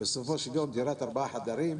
בסופו של יום זאת דירת ארבעה חדרים,